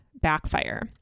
backfire